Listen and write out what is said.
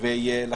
הסמכות,